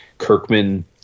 Kirkman